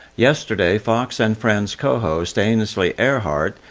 yesterday, fox and friends co-host, ainsley earhardt,